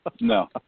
No